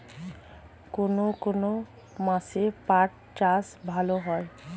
কোন কোন মাসে পাট চাষ ভালো হয়?